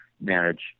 manage